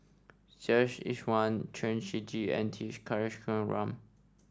Iswaran Chen Shiji and T Kulasekaram